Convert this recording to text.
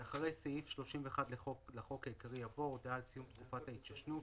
סעיף 31 לחוק העיקרי יבוא: הודעת סיום תקופת ההתיישנות